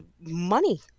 money